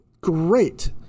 great